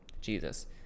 Jesus